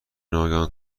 ناگهان